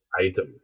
item